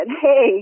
hey